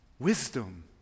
Wisdom